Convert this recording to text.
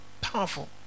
Powerful